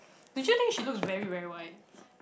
did you think she looks very very white